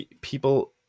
people